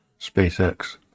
SpaceX